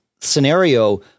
scenario